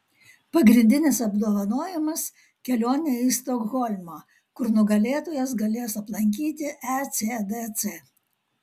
pagrindinis apdovanojimas kelionė į stokholmą kur nugalėtojas galės aplankyti ecdc